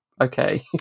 okay